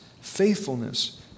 faithfulness